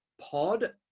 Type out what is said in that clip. Pod